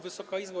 Wysoka Izbo!